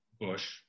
Bush